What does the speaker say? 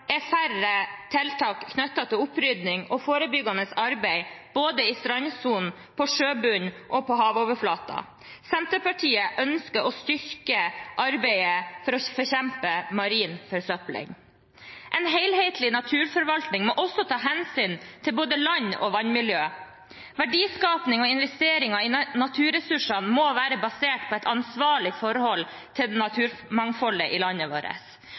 er færre tiltak knyttet til opprydding og forebyggende arbeid, både i strandsonen, på sjøbunnen og på havoverflaten. Senterpartiet ønsker å styrke arbeidet for å bekjempe marin forsøpling. En helhetlig naturforvaltning må ta hensyn til både land- og vannmiljø. Verdiskaping og investeringer i naturressursene må være basert på et ansvarlig forhold til naturmangfoldet i landet vårt.